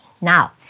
Now